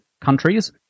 countries